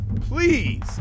Please